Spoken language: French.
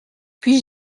puis